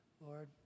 Lord